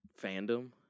fandom